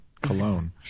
cologne